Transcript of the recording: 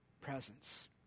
presence